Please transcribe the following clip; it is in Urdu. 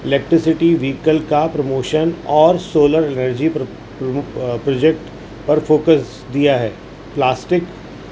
الیکٹرسٹی ویکل کا پروموشن اور سولر انرجی پروجیکٹ پر فوکس دیا ہے پلاسٹک